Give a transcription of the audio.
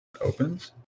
Opens